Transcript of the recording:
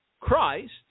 Christ